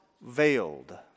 veiled